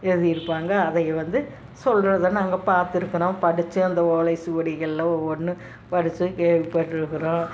எழுதிருப்பாங்க அதை வந்து சொல்றதை நாங்கள் பார்த்துருக்குறோம் படித்து அந்த ஒலைசுவடிகளில் ஒன்னு படித்து கேள்வி பட்டுருக்குறோம்